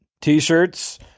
T-shirts